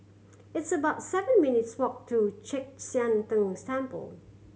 it's about seven minutes walk to Chek Sian Tng's Temple